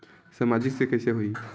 सामाजिक से कइसे होही?